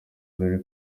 dore